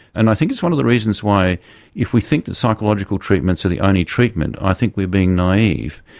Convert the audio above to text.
and i think it's one of the reasons why if we think that psychological treatments are the only treatment, i think we're being naive,